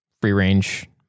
free-range